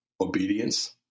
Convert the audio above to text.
obedience